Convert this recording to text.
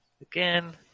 Again